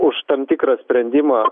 už tam tikrą sprendimą